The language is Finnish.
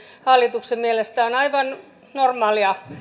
hallituksen mielestä on aivan normaalia